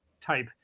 type